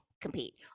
compete